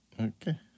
Okay